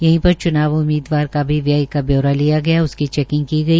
यही पर चुनाव उम्मीदवार को भी व्यय का ब्यौरा लिया गया उसकी चैकिंग की गई